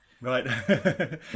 Right